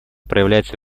проявляется